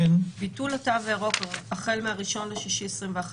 "ביטול התו הירוק החל מה-01/06/2021